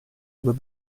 were